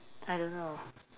I don't know